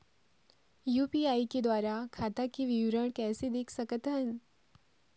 UPI के द्वारा खाता के विवरण कैसे देख सकत हन?